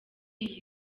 iyi